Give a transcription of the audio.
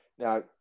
Now